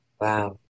wow